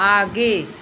आगे